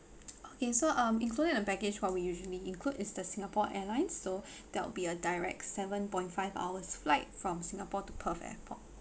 okay so um included in the package what we usually include is the singapore airlines so that'll be a direct seven point five hours flight from singapore to perth airport